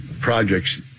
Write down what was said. projects